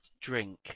drink